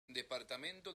departamento